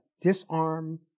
disarm